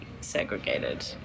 segregated